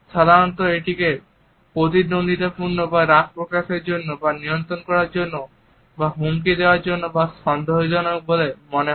সাধারণত এটিকে প্রতিদ্বন্দ্বিতাপূর্ণ বা রাগ প্রকাশের জন্য বা নিয়ন্ত্রণ করার জন্য বা হুমকি দেওয়ার জন্য বা সন্দেহজনক বলে মনে হয়